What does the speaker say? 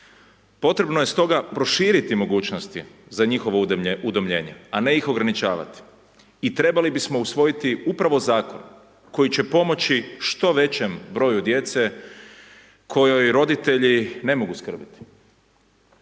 Potrebno je stoga proširit mogućnost za njihovo udomljenje, a ne ih ograničavati. I trebali bismo usvojiti upravo zato, koji će pomoći što većem broju djece o kojoj roditelji ne mogu skrbiti.